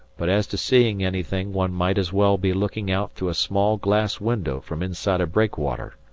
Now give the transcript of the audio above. but as to seeing anything one might as well be looking out through a small glass window from inside a breakwater!